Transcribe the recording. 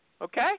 Okay